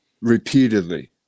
repeatedly